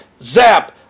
Zap